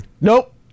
nope